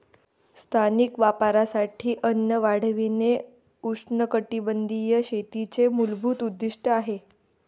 स्थानिक वापरासाठी अन्न वाढविणे उष्णकटिबंधीय शेतीचे मूलभूत उद्दीष्ट आहे